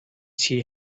she